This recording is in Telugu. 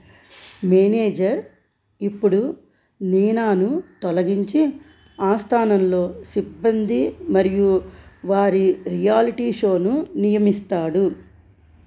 మేనేజర్ ఇప్పుడు నీనాను తొలగించి ఆ స్థానంలో సిబ్బంది మరియు వారి రియాలిటీ షోను నియమిస్తాడు